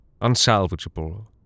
unsalvageable